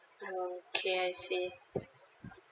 okay I see